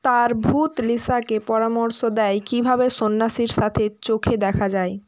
তার ভূত লিসাকে পরামর্শ দেয় কিভাবে সন্ন্যাসীর সাথে চোখে দেখা যায়